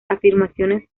afirmaciones